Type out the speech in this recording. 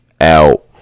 out